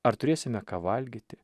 ar turėsime ką valgyti